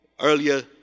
earlier